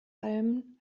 allem